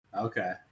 Okay